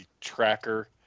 tracker